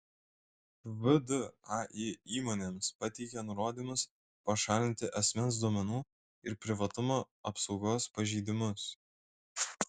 vdai įmonėms pateikė nurodymus pašalinti asmens duomenų ir privatumo apsaugos pažeidimus